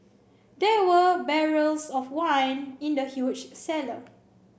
there were barrels of wine in the huge cellar